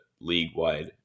league-wide